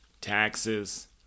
taxes